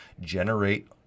generate